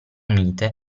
mite